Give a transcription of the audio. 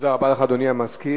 תודה רבה לך, אדוני המזכיר.